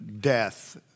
death